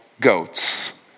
goats